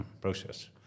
process